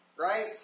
right